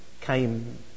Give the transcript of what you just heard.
came